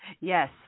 Yes